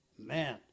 Man